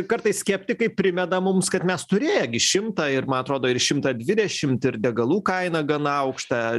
kartais skeptikai primena mums kad mes turėję gi šimtą ir man atrodo ir šimtą dvidešim ir degalų kainą gana aukštą